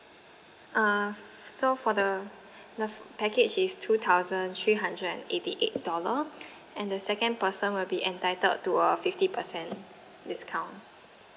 uh so for the the package is two thousand three hundred and eighty eight dollar and the second person will be entitled to a fifty percent discount